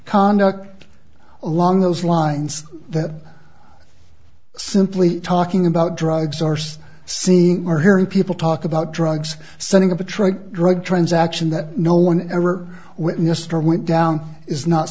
conduct along those lines that simply talking about drugs arse seeing or hearing people talk about drugs setting up a trade drug transaction that no one ever witnessed or went down is not